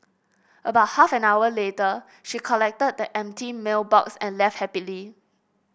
about half an hour later she collected the empty meal box and left happily